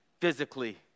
physically